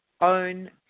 own